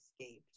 escaped